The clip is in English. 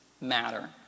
matter